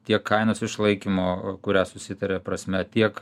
tiek kainos išlaikymo kurią susitaria prasme tiek